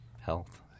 health